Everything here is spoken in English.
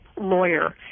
lawyer